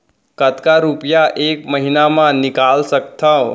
कतका रुपिया एक महीना म निकाल सकथव?